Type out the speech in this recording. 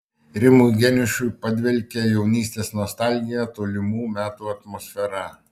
rimui geniušui padvelkia jaunystės nostalgija tolimų metų atmosfera